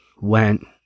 went